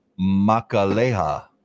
Makaleha